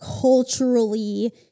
culturally